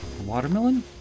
Watermelon